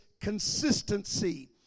consistency